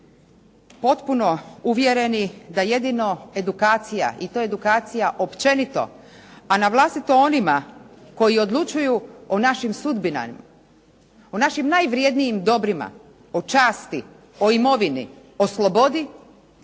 potpuno uvjereni da jedino edukacija i to edukacija općenito, a na vlastito onima koji odlučuju o našim sudbinama, o našim najvrjednijim dobrima, o časti, o imovini, o slobodi